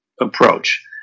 approach